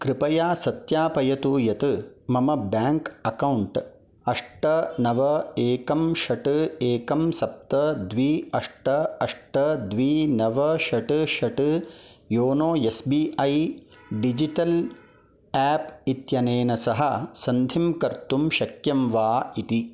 कृपया सत्यापयतु यत् मम बेङ्क् अक्कौण्ट् अष्ट नव एकम् षट् एकम् सप्त द्वि अष्ट अष्ट द्वि नव षट् षट् YONO S B I digital app इत्यनेन सह सन्धिं कर्तुं शक्यं वा इति